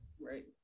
Right